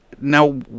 now